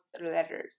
letters